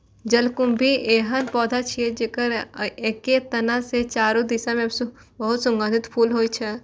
जलकुंभी एहन पौधा छियै, जेकर एके तना के चारू दिस बहुत सुगंधित फूल होइ छै